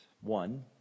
one